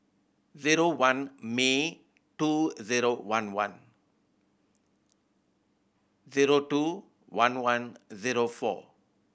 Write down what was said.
zero one May two zero one one zero two one one zero four